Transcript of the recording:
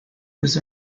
was